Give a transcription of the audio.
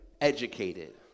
educated